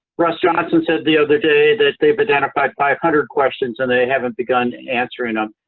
russ johnston said the other day that they've identified five hundred questions, and they haven't begun answering them.